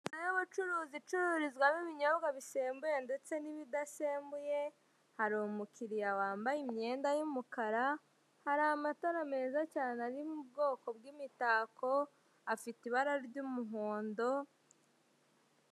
Inzu y'uburuzi icururizwamo ibinyobwa bisembuye ndetse n'ibidasembuye hari umukiriya wambaye imyenda y'umukara hari amatara meza cyane ari mu bwoko bw'imitako afite ibara ry'umuhondo.